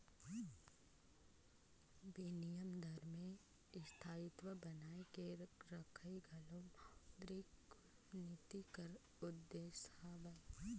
बिनिमय दर में स्थायित्व बनाए के रखई घलो मौद्रिक नीति कर उद्देस हवे